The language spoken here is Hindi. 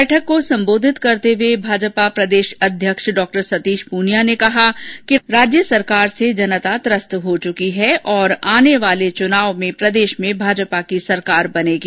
बैठक को संबोधित करते हुए भाजपा प्रदेश अध्यक्ष डॉ सतीश प्रनिया नें कहा कि राज्य सरकार से जनता त्रस्त हो चुकी हैं और आने वाले चुनाव में प्रदेश में भाजपा की सरकार बनेगी